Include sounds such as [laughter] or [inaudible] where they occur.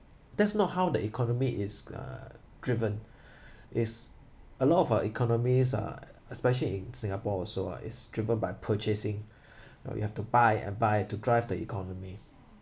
that's not how the economy is uh driven [breath] its a lot of our economies are especially in singapore also ah is driven by purchasing [breath] uh you know you have to buy and buy to drive the economy